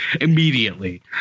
immediately